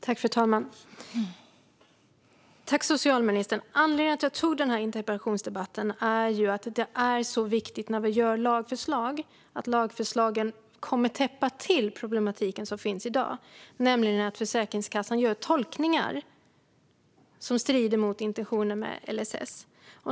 Fru talman! Tack, socialministern! Anledningen till denna interpellationsdebatt är att det, när vi gör ett lagförslag, är viktigt att det täpper till den problematik som finns i dag, nämligen att Försäkringskassan gör tolkningar som strider mot intentionen med LSS.